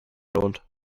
lohnt